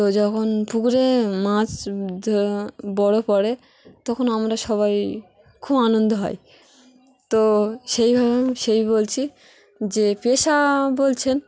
তো যখন পুকুরে মাছ দ বড়ো পড়ে তখন আমরা সবাই খুব আনন্দ হয় তো সেইভাবে সেই বলছি যে পেশা বলছেন